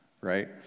right